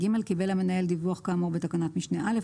קיבל המנהל דיווח כאמור בתקנת משנה (א),